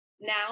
Now